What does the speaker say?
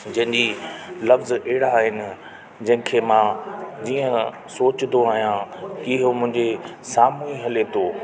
जंहिंजी लव्ज़ अहिड़ा आहिनि जंहिंखे मां जीअं सोचंदो आहियां ई हुओ मुंहिंजे साम्हूं ई हले थो